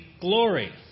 glory